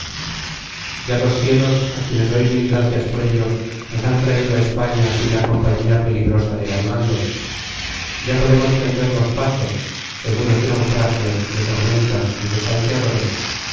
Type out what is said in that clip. ya los cielos á quien doy mil gracias por ello nos han traido á españa sin la compañía peligrosa de arnaldo ya podemos tender los pasos seguros de naufragios de tormentas y de salteadores